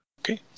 Okay